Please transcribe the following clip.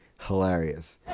hilarious